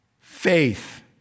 faith